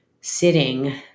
sitting